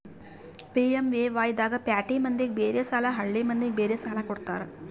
PMAY ದಾಗ ಪ್ಯಾಟಿ ಮಂದಿಗ ಬೇರೆ ಸಾಲ ಹಳ್ಳಿ ಮಂದಿಗೆ ಬೇರೆ ಸಾಲ ಕೊಡ್ತಾರ